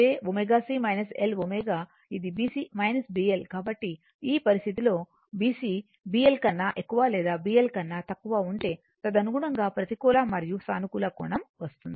కాబట్టి ఈ పరిస్థితిలో BC BL కన్నా ఎక్కువ లేదా BL కన్నా తక్కువ ఉంటే తదనుగుణంగా ప్రతికూల మరియు సానుకూల కోణం వస్తుంది